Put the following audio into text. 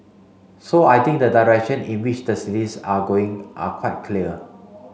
so I think the direction in which the cities are going are quite clear